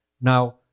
Now